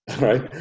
right